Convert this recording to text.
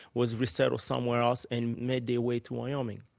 was resettled somewhere else and made their way to wyoming,